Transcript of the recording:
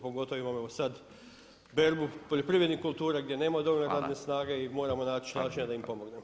Pogotovo imamo sada berbu poljoprivrednih kultura gdje nema dovoljno radne snage i moramo naći načina da im pomognemo.